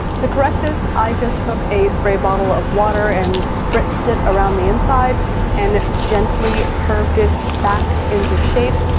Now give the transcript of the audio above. to correct this, i just took a spray bottle of water and spritzed it around the inside and gently curved it back into shape.